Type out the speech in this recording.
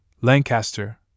Lancaster